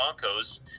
Broncos